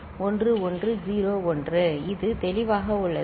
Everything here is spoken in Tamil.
இந்த AND வெளியீடு 1101 இது தெளிவாக உள்ளது